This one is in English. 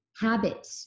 habit